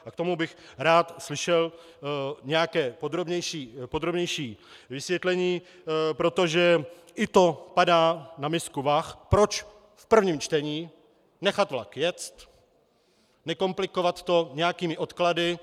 A k tomu bych rád slyšel nějaké podrobnější vysvětlení, protože i to padá na misku vah, proč v prvním čtení nechat vlak jet, nekomplikovat to nějakými odklady.